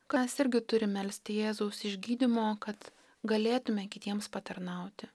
kas irgi turi melsti jėzaus išgydymo kad galėtume kitiems patarnauti